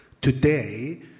today